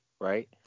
right